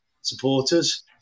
supporters